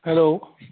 hello